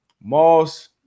Moss